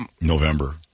November